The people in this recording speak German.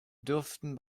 dürften